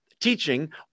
teaching